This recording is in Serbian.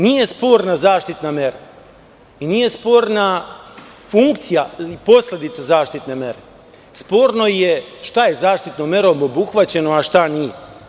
Nije sporna zaštitna mera, nije sporna funkcija posledica zaštitne mere, sporno je šta je zaštitnom merom obuhvaćeno, a šta nije.